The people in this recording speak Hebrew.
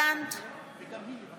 אינו